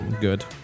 good